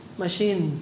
machine